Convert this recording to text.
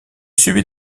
subit